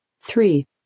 Three